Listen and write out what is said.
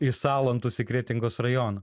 į salantus į kretingos rajoną